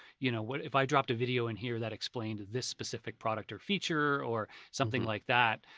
you know, but if i dropped a video in here that explained this specific product, or feature, or something like that,